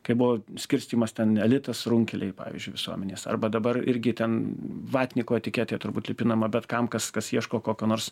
kaip buvo skirstymas ten elitas runkeliai pavyzdžiui visuomenės arba dabar irgi ten vatnikų etiketė turbūt lipinama bet kam kas kas ieško kokio nors